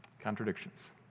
contradictions